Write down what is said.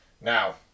Now